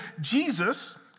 Jesus